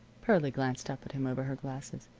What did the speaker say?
pearlie glanced up at him, over her glasses.